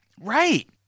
Right